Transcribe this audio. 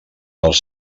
els